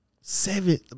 Seven